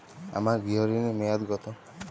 আমার গৃহ ঋণের মেয়াদ কত?